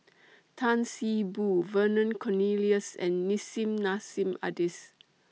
Tan See Boo Vernon Cornelius and Nissim Nassim Adis